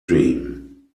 dream